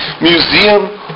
Museum